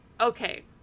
Okay